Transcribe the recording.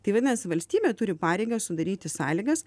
tai vadinas valstybė turi pareigą sudaryti sąlygas